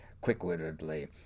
quick-wittedly